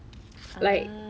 他做给你的 cheesecake